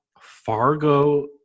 Fargo